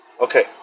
okay